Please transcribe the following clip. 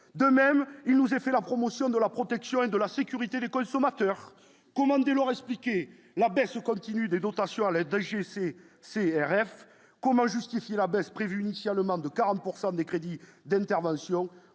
de même nous a fait la promotion de la protection de la sécurité du consommateur, comment dès lors expliquer la baisse continue des dotations allaient donc GC CRF, comment justifier la baisse prévue initialement de 40 pourcent des crédits d'intervention